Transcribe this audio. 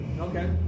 Okay